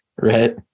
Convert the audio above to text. right